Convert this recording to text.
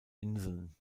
inseln